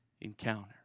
encounter